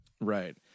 Right